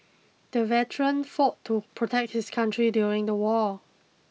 the veteran fought to protect his country during the war